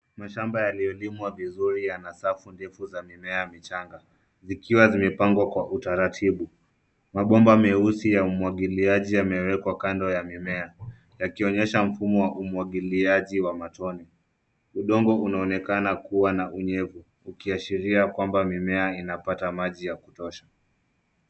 Mashamba yaliyolimwa vizuri yana safu ndefu za mimea michanga zikiwa zimepangwa kwa utaratibu. Mabomba meusi ya umwagiliaji yamewekwa kando ya mimea yaki onyesha mfumo wa umwagiliaji wa matone. Udongo unaonekana kuwa na unyevu, ukiashiria kwamba mimea inapata maji ya kutosha.